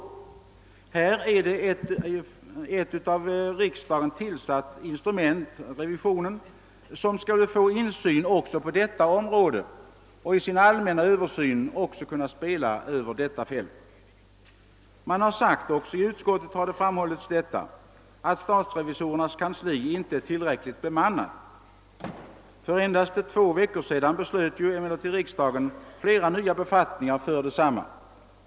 Nej, här är det ett av riksdagen tillsatt organ, revisionen, som skulle få insyn också på detta område och i sin allmänna översyn kunna spela även över detta fält. Man har sagt — också i utskottet har detta framhållits — att statsrevisorernas kansli inte är tillräckligt bemannat. För endast två veckor sedan fattade emellertid riksdagen beslut om flera nya befattningar inom detta kansli.